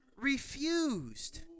refused